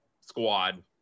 squad